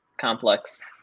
complex